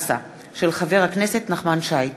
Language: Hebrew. ASA. תודה.